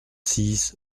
six